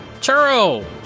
Churro